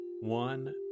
one